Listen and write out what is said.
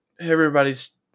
everybody's